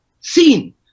seen